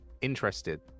Interested